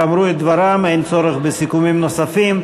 אמרו את דברם ואין צורך בסיכומים נוספים.